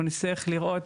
אנחנו נצטרך לראות,